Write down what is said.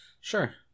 Sure